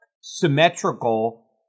symmetrical